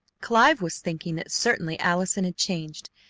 clive was thinking that certainly allison had changed,